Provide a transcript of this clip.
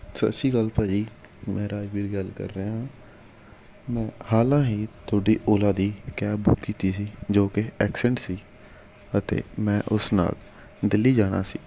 ਸਤਿ ਸ਼੍ਰੀ ਅਕਾਲ ਭਾਅ ਜੀ ਮੈਂ ਰਾਜਵੀਰ ਗੱਲ ਕਰ ਰਿਹਾ ਹਾਂ ਮੈਂ ਹਾਲਾਂ ਹੀ ਤੁਹਾਡੀ ਓਲਾ ਦੀ ਕੈਬ ਬੁੱਕ ਕੀਤੀ ਸੀ ਜੋ ਕਿ ਐਕਸੈਂਟ ਸੀ ਅਤੇ ਮੈਂ ਉਸ ਨਾਲ ਦਿੱਲੀ ਜਾਣਾ ਸੀ